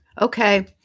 Okay